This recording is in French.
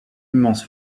immense